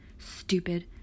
Stupid